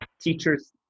teachers